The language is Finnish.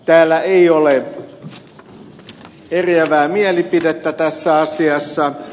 täällä ei ole eriävää mielipidettä tässä asiassa